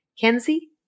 Kenzie